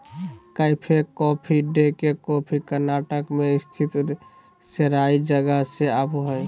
cafe Coffee Day के coffee Karnataka मे स्थित सेराई जगह से आवो हय